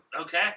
Okay